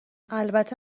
البته